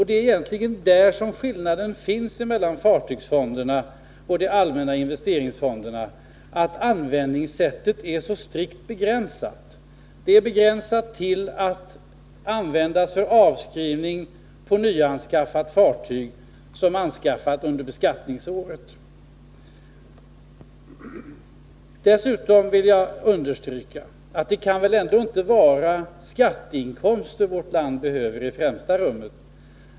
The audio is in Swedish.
Det är egentligen där som skillnaden finns mellan fartygsfonden och de allmänna investeringsfonderna, att användningssättet är så strikt begränsat. Fartygsfondens användningssätt är strikt begränsat till avskrivning på fartyg som nyanskaffats under beskattningsåret. Dessutom vill jag understryka att det väl ändå inte kan vara skatteinkomster som vårt land behöver i främsta rummet.